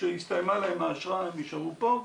כשהסתיימה להם האשרה הם נשארו פה,